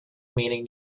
meeting